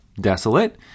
desolate